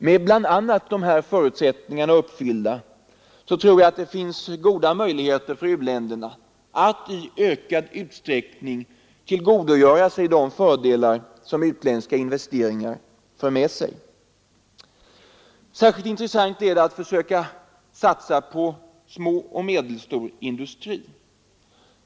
Med bl.a. dessa förutsättningar uppfyllda tror jag att det finns goda möjligheter för u-länderna att i ökad utsträckning tillgodogöra sig de fördelar som utländska investeringar för med sig. Särskilt intressant är det att försöka satsa på småindustri och medel stor industri.